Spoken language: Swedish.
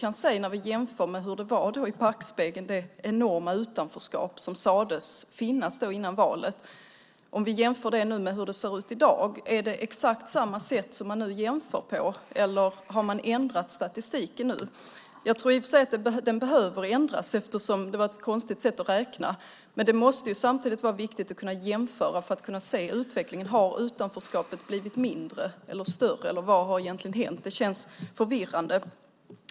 När vi tittar i backspegeln och jämför det enorma utanförskap som sades finnas före valet med hur det ser ut i dag, är det exakt samma sätt man räknar på eller har man nu ändrat statistiken? Jag tror i och för sig att den behöver ändras eftersom det var ett konstigt sätt att räkna på, men det måste samtidigt vara viktigt att kunna jämföra för att kunna se utvecklingen: Har utanförskapet blivit mindre eller större? Vad har egentligen hänt? Det känns förvirrande.